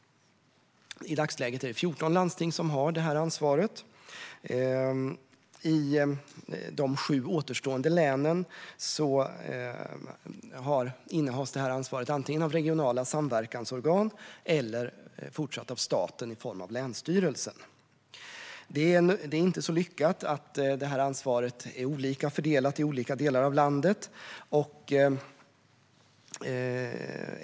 I dagsläget är det 14 landsting som har det ansvaret. I de 7 återstående länen innehas ansvaret antingen av regionala samverkansorgan eller fortsatt av staten i form av länsstyrelsen. Det är inte så lyckat att ansvaret är olika fördelat i olika delar av landet.